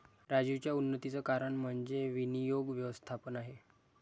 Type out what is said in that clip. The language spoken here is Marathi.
राजीवच्या उन्नतीचं कारण म्हणजे विनियोग व्यवस्थापन आहे